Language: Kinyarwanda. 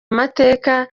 amateka